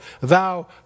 thou